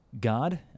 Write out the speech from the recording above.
God